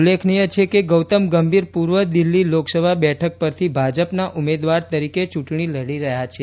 ઉલ્લેખનીય છે કે ગૌતમ ગંભીર પૂર્વ દિલ્હી લોકસભા બેઠક પરથી ભાજપના ઉમેદવાર તરીકે ચૂંટણી લડી રહ્યા છે